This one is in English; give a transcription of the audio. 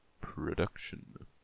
production